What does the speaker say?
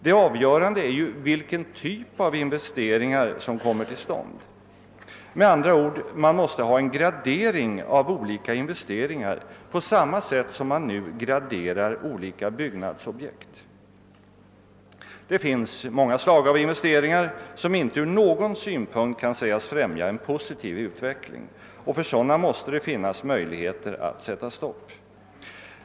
Det avgörande är ju vilken typ av investeringar som kommer till stånd. Med andra ord: man måste ha en gradering av olika investeringar på samma sätt som man nu graderar olika byggnadsobjekt. Det finns många slag av investeringar som inte från någon synpunkt kan sägas främja en positiv utveckling, och för sådana måste det finnas möjligheter att sätta stopp.